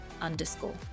underscore